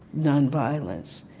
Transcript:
nonviolence.